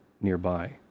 nearby